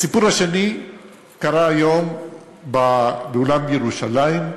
הסיפור השני קרה היום באולם "ירושלים".